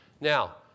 Now